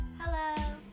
Hello